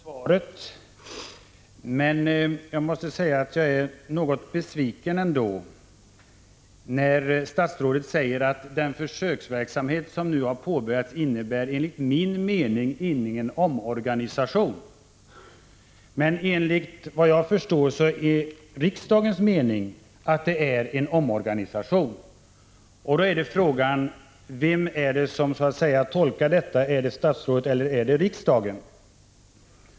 Herr talman! Jag tackar för svaret. Jag måste emellertid säga att jag är något besviken över att statsrådet anför att den försöksverksamhet som nu har påbörjats inte enligt hans mening innebär någon omorganisation. Enligt vad jag förstår är riksdagens mening att det handlar om en omorganisation. Då är frågan: Vem är det som tolkar detta? Är det statsrådet eller är det riksdagen?